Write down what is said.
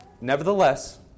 Nevertheless